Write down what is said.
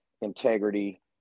integrity